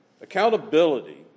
accountability